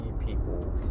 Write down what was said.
people